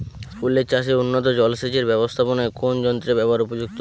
ফুলের চাষে উন্নত জলসেচ এর ব্যাবস্থাপনায় কোন যন্ত্রের ব্যবহার উপযুক্ত?